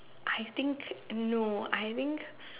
I think no I think